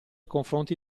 confronti